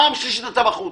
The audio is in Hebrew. פעם שלישית אתה בחוץ.